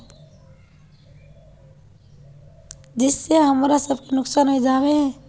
जिस से हमरा सब के नुकसान होबे जाय है?